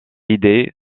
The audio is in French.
idées